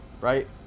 Right